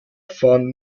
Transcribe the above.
fahren